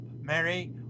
Mary